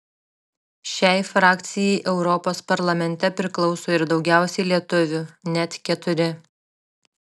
šiai frakcijai europos parlamente priklauso ir daugiausiai lietuvių net keturi